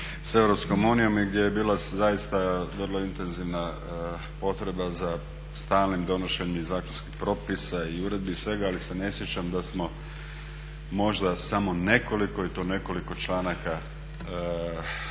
pregovore sa EU i gdje je bila zaista vrlo intenzivna potreba za stalnim donošenjem i zakonskih propisa i uredbi i svega, ali se ne sjećam da smo možda samo nekoliko i to nekoliko članaka u